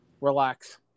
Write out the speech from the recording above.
Relax